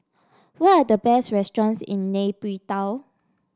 what are the best restaurants in Nay Pyi Taw